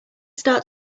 start